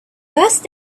first